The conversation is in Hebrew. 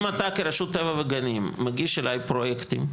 אם אתה כרשות הטבע והגנים מגיש אליי פרוייקטים,